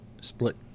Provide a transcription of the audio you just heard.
split